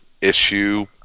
issue